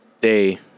day